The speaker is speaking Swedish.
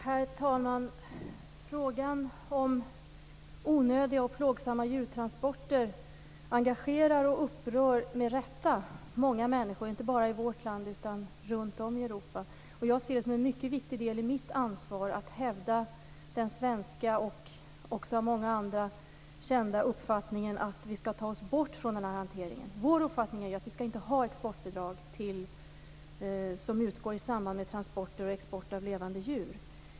Herr talman! Onödiga och plågsamma djurtransporter engagerar och upprör med rätta många människor, inte bara i vårt land utan även runt om i Europa. Jag ser det som en mycket viktig del i mitt ansvar att hävda den kända svenska uppfattningen - som också delas av många andra - att vi måste bort från den här hanteringen. Vår uppfattning är att exportbidrag inte skall utgå i samband med transporter och export av levande djur.